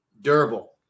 Durable